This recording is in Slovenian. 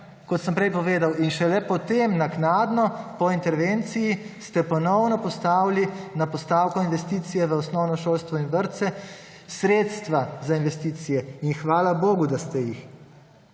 kot sem prej povedal, in šele potem, naknadno po intervenciji, ste ponovno postavili na postavko investicijo osnovno šolstvo in vrtce, sredstva za investicije. In hvala bogu, da ste jih.